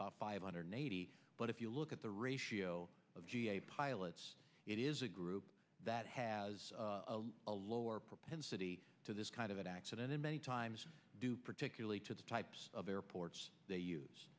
about five hundred eighty but if you look at the ratio of ga pilots it is a group that has a lower propensity to this kind of accident in many times do particularly to the types of airports they use